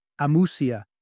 amusia